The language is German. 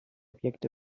objekt